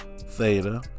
Theta